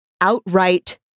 outright